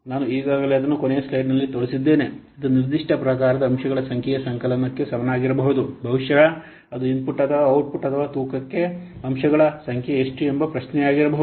ನಾನು ಈಗಾಗಲೇ ಅದನ್ನು ಕೊನೆಯ ಸ್ಲೈಡ್ಗಳಲ್ಲಿ ತೋರಿಸಿದ್ದೇನೆ ಇದು ನಿರ್ದಿಷ್ಟ ಪ್ರಕಾರದ ಅಂಶಗಳ ಸಂಖ್ಯೆಯ ಸಂಕಲನಕ್ಕೆ ಸಮನಾಗಿರಬಹುದು ಬಹುಶಃ ಅದು ಇನ್ಪುಟ್ ಅಥವಾ ಔಟ್ಪುಟ್ ಅಥವಾ ತೂಕಕ್ಕೆ ಅಂಶಗಳ ಸಂಖ್ಯೆ ಎಷ್ಟು ಎಂಬ ಪ್ರಶ್ನೆಯಾಗಿರಬಹುದು